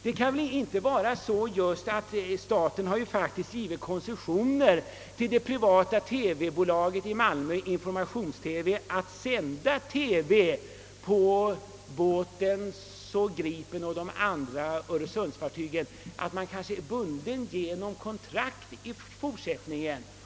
Det kan väl inte vara så, att staten givit koncession till det privata bolaget i Malmö, Informations-TV, att sända på Gripen och de andra öre sundsfartygen och att man genom kontrakt är bunden även i fortsättningen?